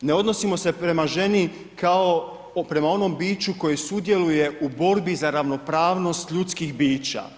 Ne odnosimo se prema ženi kao prema onom biću koje sudjeluje u borbi za ravnopravnost ljudskih bića.